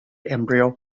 embryo